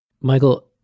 Michael